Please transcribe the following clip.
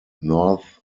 north